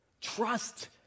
trust